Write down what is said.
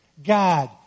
God